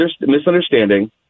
misunderstanding